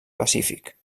pacífic